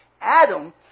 Adam